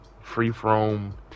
free-from